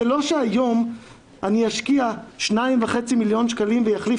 זה לא שהיום אני אשקיע 2.5 מיליון שקלים ואחליף